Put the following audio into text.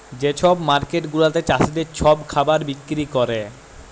যে ছব মার্কেট গুলাতে চাষীদের ছব খাবার বিক্কিরি ক্যরে